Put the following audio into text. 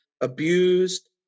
abused